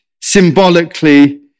symbolically